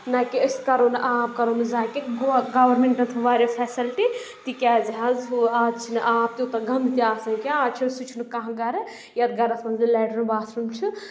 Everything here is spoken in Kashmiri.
نہ کہِ أسۍ کَرو نہٕ آب کَرو نہٕ زایہِ کیٚنہہ گورمینٹَن ہُنٛد واریاہ فیسَلٹی تِکیازِ حظ ہُہ آز چھِنہٕ آب توٗتاہ گنٛدٕ تہِ آسان کینٛہہ آز چھُ سُہ چھُنہٕ کانٛہہ گرٕ یَتھ گَرَس منٛز لیڈر باتھروٗم چھُ